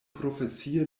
profesie